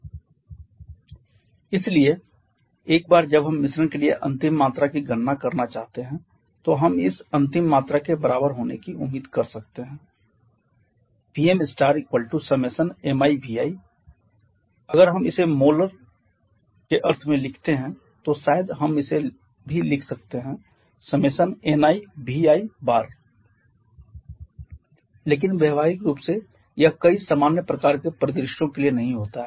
slide समय देखें 5459 इसलिए एक बार जब हम मिश्रण के लिए अंतिम मात्रा की गणना करना चाहते हैं तो हम इस अंतिम मात्रा के बराबर होने की उम्मीद कर सकते हैं Vm i1kmivi अगर हम इसे मोल के अर्थ में लिखते हैं तो शायद हम इसे भी लिख सकते हैं i1knivi लेकिन व्यावहारिक रूप से यह कई सामान्य प्रकार के परिदृश्यों के लिए नहीं होता है